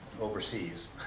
overseas